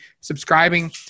subscribing